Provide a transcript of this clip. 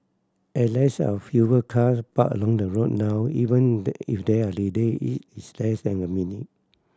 as there are fewer cars parked along the road now even if there are lady it its less than a minute